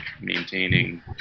maintaining